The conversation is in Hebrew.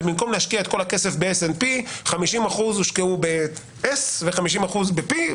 ובמקום להשקיע את כל הכסף ב-S&P 50% הושקעו ב-S ו-50% ב-P,